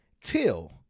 till